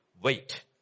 wait